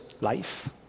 life